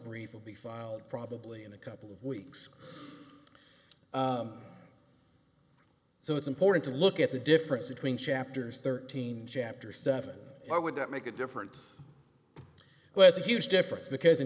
brief will be filed probably in a couple of weeks so it's important to look at the difference between chapters thirteen japers seven why would that make a difference was a huge difference because in